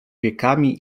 wiekami